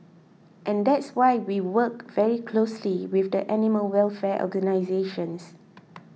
and that's why we work very closely with the animal welfare organisations